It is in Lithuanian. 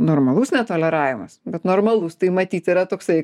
normalus netoleravimas bet normalus tai matyt yra toksai